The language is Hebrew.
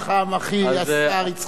אחי השר יצחק כהן.